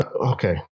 Okay